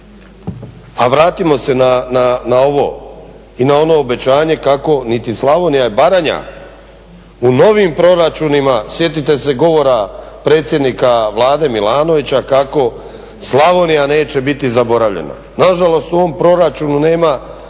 A vratimo se na ovo i na ono obećanje kako niti Slavonija i Baranja u novim proračunima sjetite se govora predsjednika Vlade Milanovića kako Slavonija neće biti zaboravljena. Na žalost u ovom proračunu nema ni